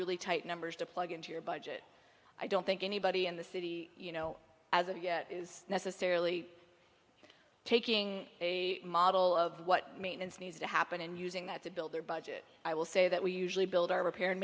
really tight numbers to plug into your budget i don't think anybody in the city you know as of yet is necessarily taking a model of what maintenance needs to happen and using that to build their budget i will say that we usually build our repair and